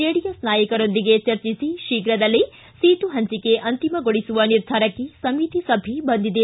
JDS ನಾಯಕರೊಂದಿಗೆ ಚರ್ಚಿಸಿ ಶೀಘ್ರದಲ್ಲೆ ಸೀಟು ಹಂಚಿಕೆ ಅಂತಿಮಗೊಳಿಸುವ ನಿರ್ಧಾರಕ್ಕೆ ಸಮಿತಿ ಸಭೆ ಬಂದಿದೆ